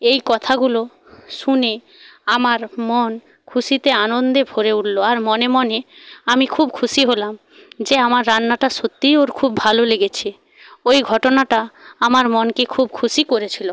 এই কথাগুলো শুনে আমার মন খুশিতে আনন্দে ভরে উঠল আর মনে মনে আমি খুব খুশি হলাম যে আমার রান্নাটা সত্যিই ওর খুব ভালো লেগেছে ওই ঘটনাটা আমার মনকে খুব খুশি করেছিল